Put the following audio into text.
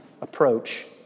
approach